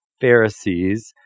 Pharisees